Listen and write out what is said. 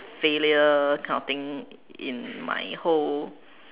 failure kind of thing in my whole